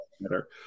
better